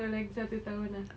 so lagi satu tahun ah